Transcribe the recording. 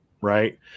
Right